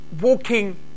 walking